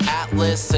atlas